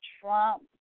Trump